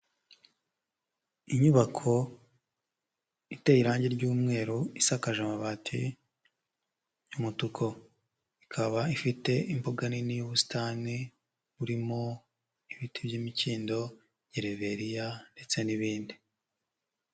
Inyubako iteye irange ry'umweru isakaje amabati y'umutuku, ikaba ifite imbuga nini y'ubusitani burimo ibiti by'imikindo, gereveriya ndetse n'ibindi.